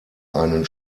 einen